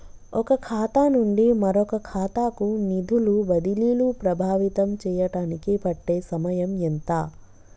ఒక ఖాతా నుండి మరొక ఖాతా కు నిధులు బదిలీలు ప్రభావితం చేయటానికి పట్టే సమయం ఎంత?